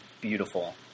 beautiful